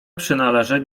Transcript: przynależeć